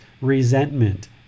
resentment